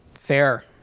Fair